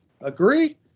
Agree